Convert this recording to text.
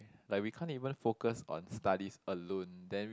like we can't even focus on studies alone then